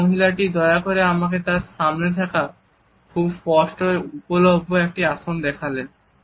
এই মহিলাটি দয়া করে আমাকে তার সামনে থাকা খুবই সুস্পষ্ট উপলভ্য একটি আসন দেখালেন